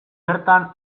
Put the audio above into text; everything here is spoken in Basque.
bertan